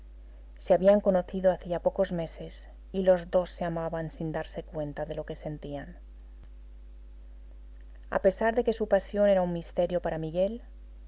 se habían conocido hacía pocos meses y los dos se amaban sin darse cuenta de lo que sentían a pesar de que su pasión era un misterio para miguel